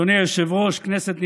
אדוני היושב-ראש, כנסת נכבדה,